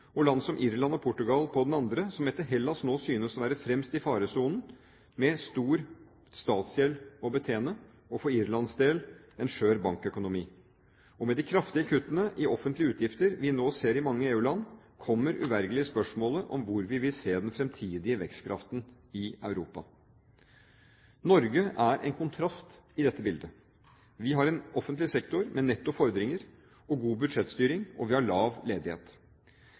og land som Irland og Portugal på den andre, som etter Hellas nå synes å være fremst i faresonen, med stor statsgjeld å betjene og, for Irlands del, en skjør bankøkonomi. Med de kraftige kuttene i offentlige utgifter vi nå ser i mange EU-land, kommer uvegerlig spørsmålet om hvor vi vil se den fremtidige vekstkraften i Europa. Norge er en kontrast til dette bildet. Vi har en offentlig sektor med netto fordringer og god budsjettstyring, og vi har lav ledighet.